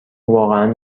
واقعا